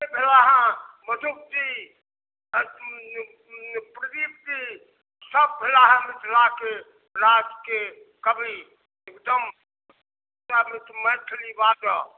भेलाहँ मधुपजी अऽ प्रदीपजीसब भेला हँ मिथिलाके राजके कवि एकदमसब आदमी तू मैथिली बाजऽ